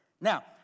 Now